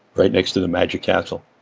right next to the magic castle.